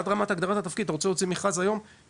עד רמת הגדרת התפקיד: אם אתה רוצה להוציא היום מכרז